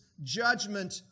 judgment